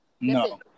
no